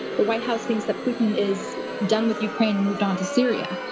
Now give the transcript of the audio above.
the white house things that putin is done with ukraine and moved on to syria.